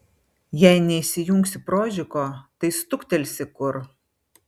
jei neįsijungsi prožiko tai stuktelsi kur